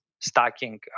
stacking